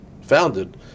founded